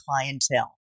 clientele